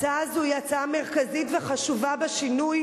הצעה זו היא הצעה מרכזית וחשובה בשינוי